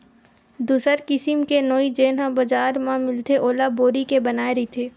दूसर किसिम के नोई जेन ह बजार म मिलथे ओला बोरी के बनाये रहिथे